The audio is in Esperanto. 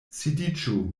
sidiĝu